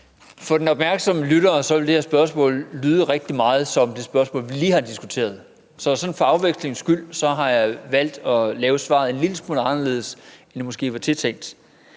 For den opmærksomme lytter vil det her spørgsmål lyde rigtig meget som det spørgsmål, vi lige har diskuteret, så sådan for afvekslingens skyld har jeg valgt at lave svaret en lille smule anderledes, end det måske var forventet.